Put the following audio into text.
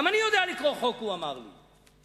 "גם אני יודע לקרוא חוק", הוא אמר לי.